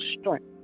strength